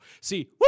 See